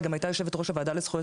היא גם הייתה יושבת ראש הוועדה לזכויות